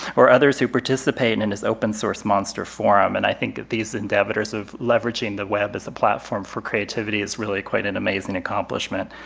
or others who participate and in this open source monster forum. and i think that these endeavors of leveraging the web as a platform for creativity is really quite an amazing accomplishment.